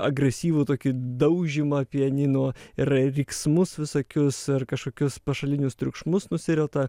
agresyvų tokį daužymą pianino ir riksmus visokius ar kažkokius pašalinius triukšmus nusirita